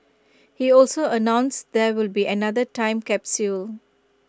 he also announced there will be another time capsule